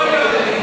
הכול בגללכם.